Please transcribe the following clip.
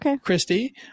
Christy